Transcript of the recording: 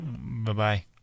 Bye-bye